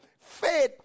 Faith